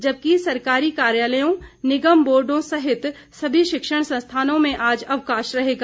जबकि सरकारी कार्यालयों निगम बोर्डों सहित सभी शिक्षण संस्थानों में आज अवकाश रहेगा